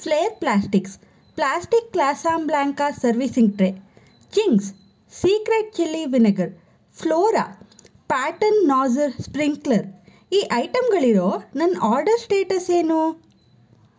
flare plastics plastic Casablanca serving tray Ching's secret chilli vinegar flora pattern nazar sprinkler ಈ ಐಟಂಗಳಿರೋ ನನ್ನ order status ಏನು